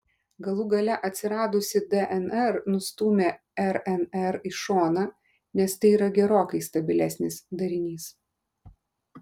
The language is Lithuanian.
galų gale atsiradusi dnr nustūmė rnr į šoną nes tai yra gerokai stabilesnis darinys